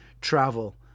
travel